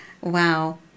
Wow